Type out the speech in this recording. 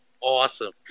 awesome